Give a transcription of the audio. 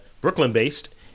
Brooklyn-based